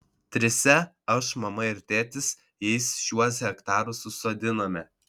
trise aš mama ir tėtis jais šiuos hektarus užsodinome